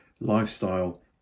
lifestyle